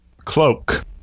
Cloak